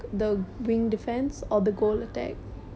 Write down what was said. wing defence or goal attack